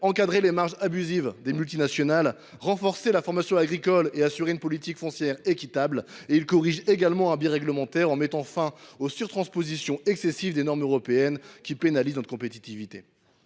encadrer les marges abusives des multinationales, renforcer la formation agricole et assurer une politique foncière équitable. Il vise également à corriger un biais réglementaire, en mettant fin aux surtranspositions excessives des règles européennes qui pénalisent notre compétitivité.